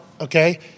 okay